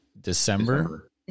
December